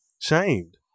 shamed